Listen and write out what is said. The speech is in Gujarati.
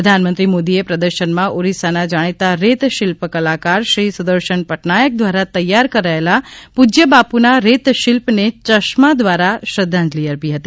પ્રધાનમંત્રી મોદીએ પ્રદર્શનમાં ઓરિસ્સાના જાણિતા રેતશિલ્પ કલાકાર શ્રી સુદર્શન પટનાયક દ્વારા તૈયાર કરાયેલ પૂજ્ય બાપુના રેતશિલ્પને યશ્મા દ્વારા શ્રદ્ધાંજલિ અર્પી હતી